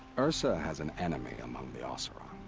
ersa has an enemy among the oseram.